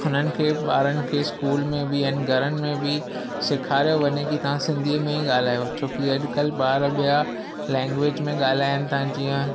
हुननि खे ॿारनि खे स्कूल में बि आहिनि घरनि में बि सेखारियो वञे की तव्हां सिंधी में ई ॻाल्हायो छोकी अॼु कल्ह ॿार ॿिया लेंगवेच में ॻाल्हाइनि था जीअं